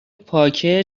پاکه